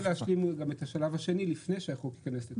יהיו החרגות או הקלות בהתאם להתאמות לאומיות שנצטרך לעשות.